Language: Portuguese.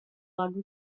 lago